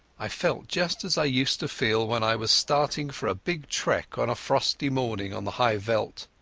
i felt just as i used to feel when i was starting for a big trek on a frosty morning on the high veld.